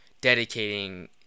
dedicating